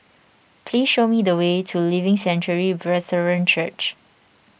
please show me the way to Living Sanctuary Brethren Church